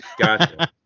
Gotcha